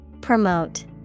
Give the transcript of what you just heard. Promote